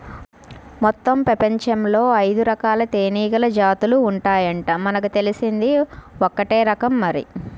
మొత్తం పెపంచంలో ఐదురకాల తేనీగల జాతులు ఉన్నాయంట, మనకు తెలిసింది ఒక్కటే రకం మరి